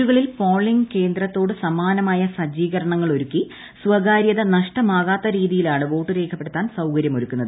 വീടുകളിൽ പോളിങ് കേന്ദ്രത്തോട് സമാനമായ സജ്ജീകരണങ്ങൾ ഒരുക്കി സ്വകാരൃത നഷ്ടമാകാത്ത രീതിയിലാണ് വോട്ട് രേഖപ്പെടുത്താൻ സൌകര്യം ഒരുക്കുന്നത്